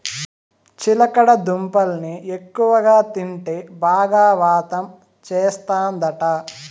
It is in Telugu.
చిలకడ దుంపల్ని ఎక్కువగా తింటే బాగా వాతం చేస్తందట